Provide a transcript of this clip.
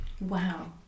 Wow